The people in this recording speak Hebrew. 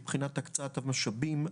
מבחינת הקצאת המשאבים,